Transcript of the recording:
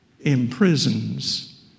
imprisons